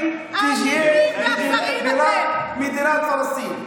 טרור, טרור, טרור.